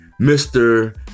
Mr